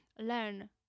learn